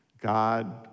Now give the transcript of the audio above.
God